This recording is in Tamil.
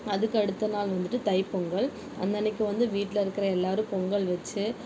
அதுக்கு அடுத்த நாள் வந்துவிட்டு தைப் பொங்கல் அந்தன்னைக்கு வந்து வீட்டில் இருக்கிற எல்லாரும் பொங்கல் வச்சு